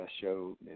show